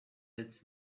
its